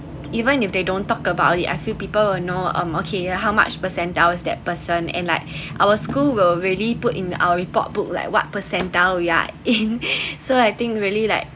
even if they don't talk about it I feel people will know um okay uh how much percentiles that person and like our school will really put in our report book like what percentile you’re in so I think really like